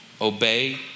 obey